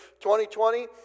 2020